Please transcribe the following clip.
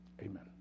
Amen